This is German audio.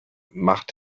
macht